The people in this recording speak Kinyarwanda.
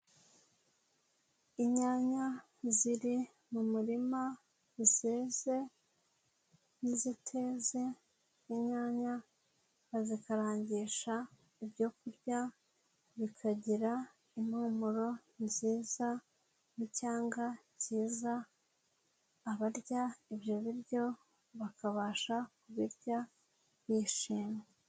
Inyanya ziri mu murima izeze n'iziteze, inyanya bazikarangisha ibyo kurya bikagira impumuro nziza n'icyanga kiza abarya ibyo biryo bakabasha kubirya bishimye.